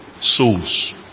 Souls